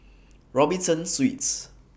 Robinson Suites